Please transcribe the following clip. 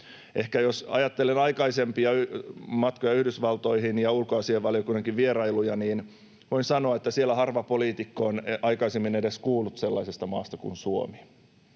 Jos ajattelen aikaisempia matkoja Yhdysvaltoihin ja ulkoasiainvaliokunnankin vierailuja, niin ehkä voin sanoa, että siellä harva poliitikko on aikaisemmin edes kuullut sellaisesta maasta kuin Suomi.